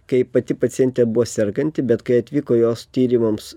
kai pati pacientė buvo serganti bet kai atvyko jos tyrimams